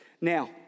Now